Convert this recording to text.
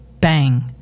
bang